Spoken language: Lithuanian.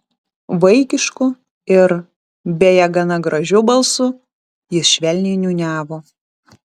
vaikišku ir beje gana gražiu balsu jis švelniai niūniavo